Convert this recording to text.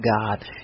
god